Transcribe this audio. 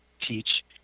teach